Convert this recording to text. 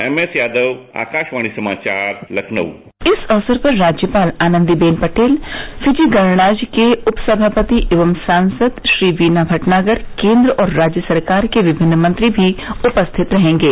MS Yadav Akashvani समाचार लखनऊ इस अवसर पर राज्यपाल आनंदी बेन पटेल फिजी गणराज्य की उपसभापति एवं सांसद श्री वीना भटनागर केन्द्र और राज्य सरकार के विभिन्न मंत्री भी उपस्थित रहेंगे